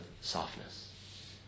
softness